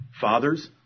Fathers